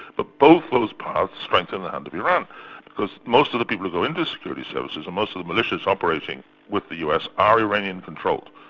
but both those paths strengthen the hand of iran, because most of the people who go into the security services and most of the militias operating with the us are iranian controlled.